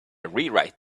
rewrite